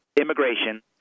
immigration